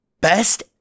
best